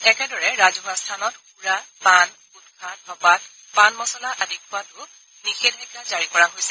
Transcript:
একেদৰে ৰাজহুৱা স্থানত সুৰা পান গুটখা ধপাত পান মচলা আদি খোৱাতো নিষেধাজ্ঞা জাৰি কৰা হৈছে